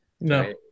No